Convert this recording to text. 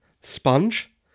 sponge